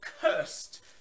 cursed